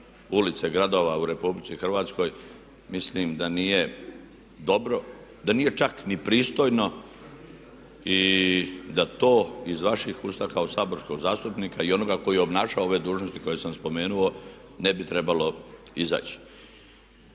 ulice gradova u RH mislim da nije dobro, da nije čak ni pristojno i da to iz vaših usta kao saborskog zastupnika i onoga koji obnaša ove dužnosti koje sam spomenuo ne bi trebalo izaći.